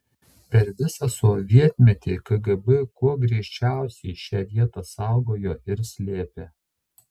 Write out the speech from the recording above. per visą sovietmetį kgb kuo griežčiausiai šią vietą saugojo ir slėpė